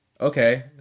okay